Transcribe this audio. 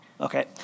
Okay